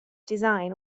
design